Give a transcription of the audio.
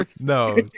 No